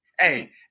Hey